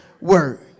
word